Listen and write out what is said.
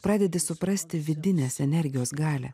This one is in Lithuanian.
pradedi suprasti vidinės energijos galią